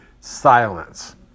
silence